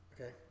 Okay